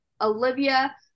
Olivia